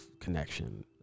connection